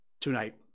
Tonight